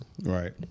Right